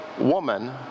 woman